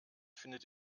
findet